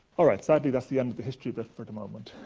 alright, sadly that's the end of the history bit for the moment.